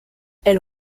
elle